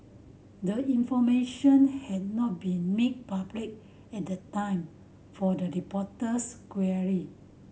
the information had not been made public at the time for the reporter's query